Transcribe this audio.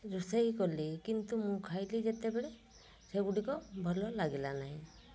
ରୋଷେଇ କରିଲି କିନ୍ତୁ ମୁଁ ଖାଇଲି ଯେତେବେଳେ ସେଗୁଡ଼ିକ ଭଲ ଲାଗିଲା ନାହିଁ